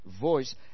voice